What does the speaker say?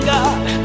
God